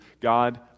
God